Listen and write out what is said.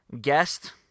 guest